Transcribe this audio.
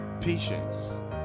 Patience